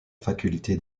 faculté